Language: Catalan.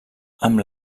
amb